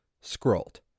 scrolled